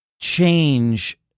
change